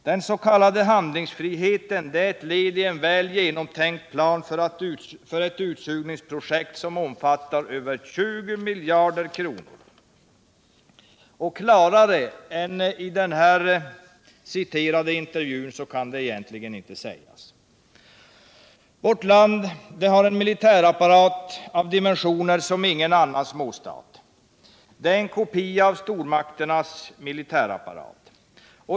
Den s.k. handlingsfriheten är ett led i en väl genomtänkt plan för ett utsugningsprojekt som omfattar över 20 miljarder kronor. Klarare än i den citerade intervjun kan det egentligen inte sägas. Vårt land har en militärapparat av dimensioner som ingen annan småstat Försvarspolitiken, kan uppvisa. Det är en kopia av stormakternas militärapparat.